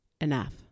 enough